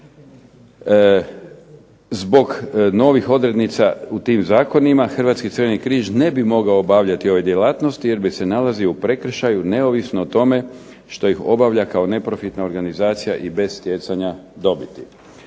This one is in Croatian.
zbog novih odrednica u tim zakonima Hrvatski Crveni križ ne bi mogao obavljati ove djelatnosti jer bi se nalazio u prekršaju neovisno o tome što ih obavlja kao neprofitna organizacija i bez stjecanja dobiti.